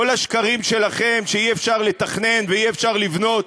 כל השקרים שלכם שאי-אפשר לתכנן ואי-אפשר לבנות,